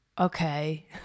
okay